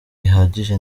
bihagije